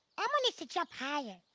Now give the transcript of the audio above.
elmo needs to jump higher.